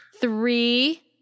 Three